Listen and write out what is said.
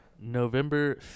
November